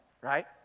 right